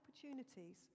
opportunities